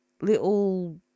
little